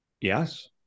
Yes